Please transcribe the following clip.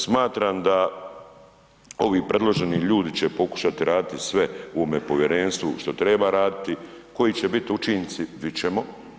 Smatram da ovi predloženi ljudi će pokušati raditi sve u ovome povjerenstvu što treba raditi, koji će biti učinci, vidjet ćemo.